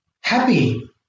happy